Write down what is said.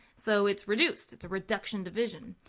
so it's reduced, it's a reduction division.